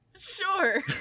Sure